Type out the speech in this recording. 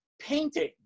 Painting